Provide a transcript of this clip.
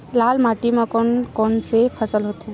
लाल माटी म कोन कौन से फसल होथे?